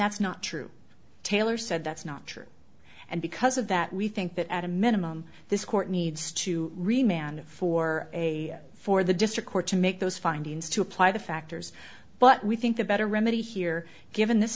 that's not true taylor said that's not true and because of that we think that at a minimum this court needs to remain on for a for the district court to make those findings to apply the factors but we think the better remedy here given this